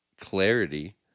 clarity